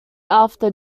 after